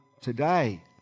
today